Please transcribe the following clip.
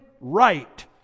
right